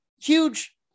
huge